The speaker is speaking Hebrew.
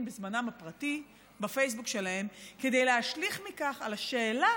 בזמנם הפרטי בפייסבוק שלהם כדי להשליך מכך על השאלה